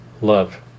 Love